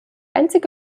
einzige